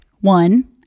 one